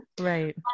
Right